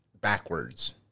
backwards